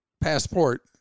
Passport